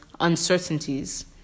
uncertainties